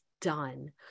done